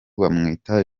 bamwita